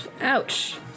Ouch